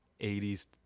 80s